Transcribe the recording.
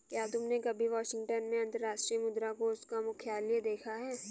क्या तुमने कभी वाशिंगटन में अंतर्राष्ट्रीय मुद्रा कोष का मुख्यालय देखा है?